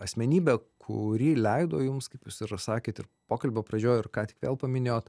asmenybe kuri leido jums kaip jūs sakėt ir pokalbio pradžioj ir ką tik vėl paminėjot